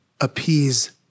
appease